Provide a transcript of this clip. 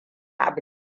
abu